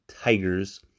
Tigers